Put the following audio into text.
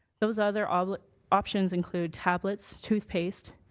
those other um options include tablets, toothpaste,